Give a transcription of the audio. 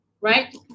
Right